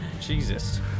Jesus